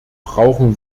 brauchen